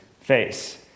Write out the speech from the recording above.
face